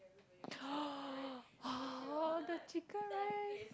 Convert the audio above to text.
the chicken rice